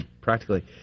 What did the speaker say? practically